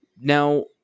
now